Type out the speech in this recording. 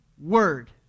word